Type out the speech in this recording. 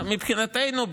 מבחינתנו,